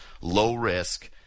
low-risk